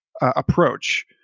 approach